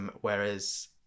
whereas